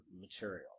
material